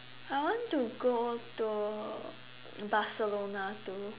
I want to go to Barcelona to